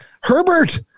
Herbert